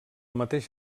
mateix